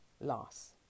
loss